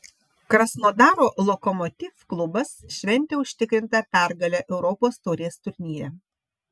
krasnodaro lokomotiv klubas šventė užtikrintą pergalę europos taurės turnyre